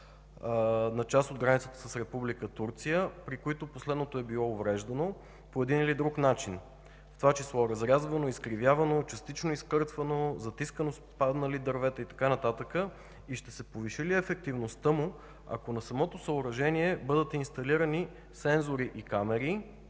на част от границата с Република Турция, при които последното е било увреждано по един или друг начин, в това число разрязвано, изкривявано, частично изкъртвано, затискано с паднали дървета и така нататък? Ще се повиши ли ефективността му, ако на самото съоръжение бъдат инсталирани сензори и камери,